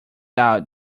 out